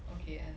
okay and